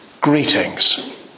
greetings